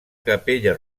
capella